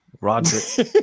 roger